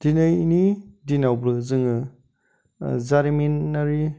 दिनैनि दिनावबो जोङो जारिमिनारि